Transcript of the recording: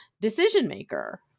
decision-maker